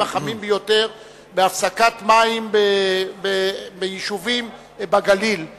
החמים ביותר בקיץ בהפסקת מים ביישובים בגליל העליון.